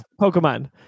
Pokemon